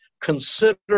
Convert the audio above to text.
consider